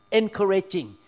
encouraging